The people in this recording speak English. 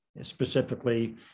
specifically